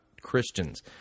Christians